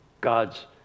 God's